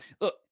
Look